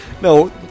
No